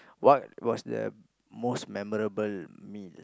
what was the most memorable meal